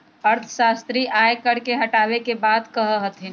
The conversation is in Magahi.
अर्थशास्त्री आय कर के हटावे के बात कहा हथिन